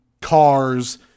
cars